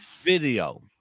video